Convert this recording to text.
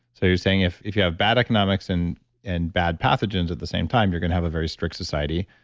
so, you're saying if if you have bad economics and and bad pathogens at the same time, you're going to have a very strict society.